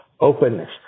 openness